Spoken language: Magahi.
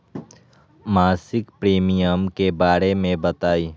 मासिक प्रीमियम के बारे मे बताई?